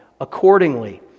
accordingly